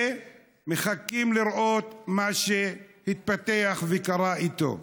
ומחכים לראות מה התפתח וקרה איתו.